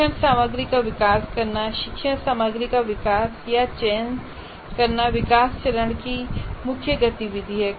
शिक्षण सामग्री का विकास करना और शिक्षण सामग्री का विकास या चयन करना विकास चरण की मुख्य गतिविधि है